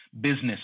Business